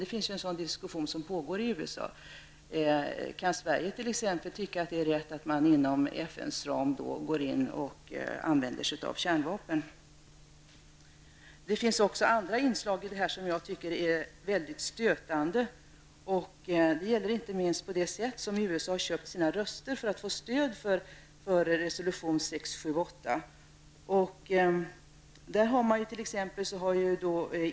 Det pågår ju en diskussion om detta i USA. Kan Sverige tycka att det är rätt att man inom FNs ram använder kärnvapen? Det finns också andra inslag som jag tycker är mycket stötande. Det gäller inte minst det sätt på vilket USA har köpt röster för att få stöd för resolution 678.